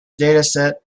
dataset